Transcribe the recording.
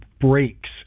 breaks